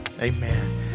amen